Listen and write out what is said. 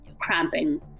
cramping